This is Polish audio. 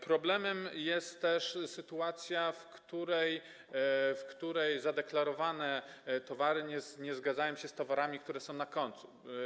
Problemem jest też sytuacja, w której zadeklarowane towary nie zgadzają się z towarami, które są na końcu.